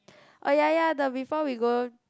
oh ya ya the before we go